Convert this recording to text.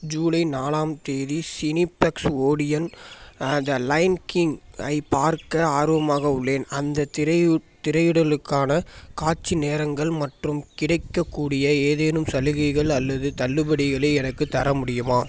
ஜூலை நாலு ஆம் தேதி Cineplex Odeon the Lion King ஐப் பார்க்க ஆர்வமாக உள்ளேன் அந்தத் திரையி திரையிடலுக்கான காட்சி நேரங்கள் மற்றும் கிடைக்கக்கூடிய ஏதேனும் சலுகைகள் அல்லது தள்ளுபடிகளை எனக்குத் தர முடியுமா